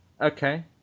Okay